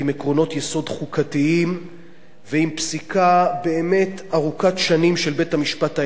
יסוד חוקתיים ועם פסיקה באמת ארוכת שנים של בית-המשפט העליון,